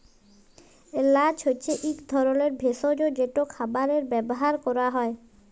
এল্যাচ হছে ইক ধরলের ভেসজ যেট খাবারে ব্যাভার ক্যরা হ্যয়